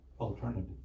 alternative